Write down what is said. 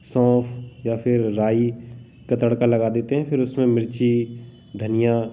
सौंफ़ या फिर राई का तड़का लगा देते हैं फिर उसमें मिर्च धनिया